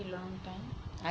was it for very long time